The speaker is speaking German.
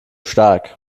stark